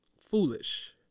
foolish